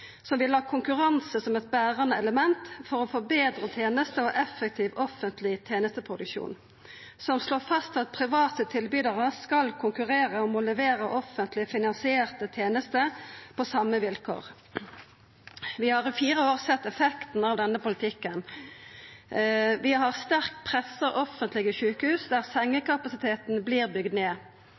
som vil ha konkurranse som eit berande element for å få betre tenester og effektiv offentleg tenesteproduksjon, som slår fast at private tilbydarar skal konkurrera om å levera offentleg finansierte tenester på same vilkår. Vi har i fire år sett effekten av denne politikken. Vi har sterkt pressa offentlege sjukehus, der sengekapasiteten vert bygd ned.